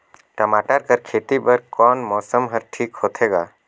टमाटर कर खेती बर कोन मौसम हर ठीक होथे ग?